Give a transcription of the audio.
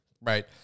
right